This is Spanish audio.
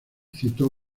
citó